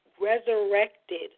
resurrected